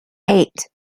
eight